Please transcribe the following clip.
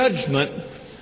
judgment